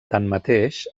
tanmateix